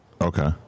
Okay